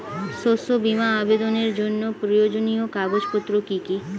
শস্য বীমা আবেদনের জন্য প্রয়োজনীয় কাগজপত্র কি কি?